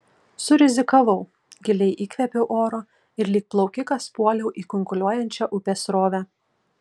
surizikavau giliai įkvėpiau oro ir lyg plaukikas puoliau į kunkuliuojančią upės srovę